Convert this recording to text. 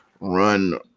run